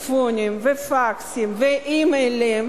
וטלפונים ופקסים ואימיילים,